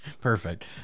perfect